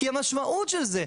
כי המשמעות של זה,